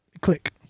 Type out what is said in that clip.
Click